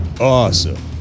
awesome